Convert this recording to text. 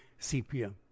Sepia